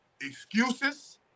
excuses